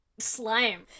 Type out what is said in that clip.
Slime